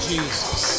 Jesus